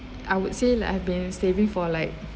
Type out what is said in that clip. I would say like I've been saving for like